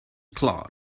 klar